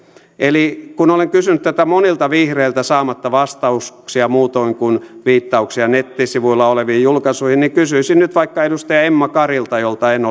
eli kun olen kysynyt tätä monilta vihreiltä saamatta vastauksia muutoin kuin viittauksia nettisivuilla oleviin julkaisuihin niin kysyisin nyt vaikka edustaja emma karilta jolta en